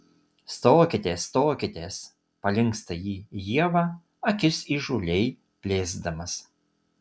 stokitės stokitės palinksta į ievą akis įžūliai plėsdamas